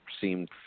seemed